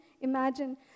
imagine